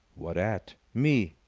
what at? me.